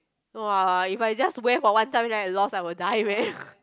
!wah! if I just wear for one time then I lost I will die man